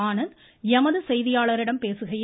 ஆனந்த் எமது செய்தியாளரிடம் பேசுகையில்